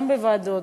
גם בוועדות,